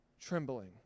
trembling